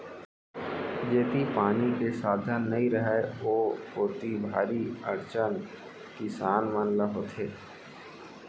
जेती पानी के साधन नइ रहय ओ कोती भारी अड़चन किसान मन ल होथे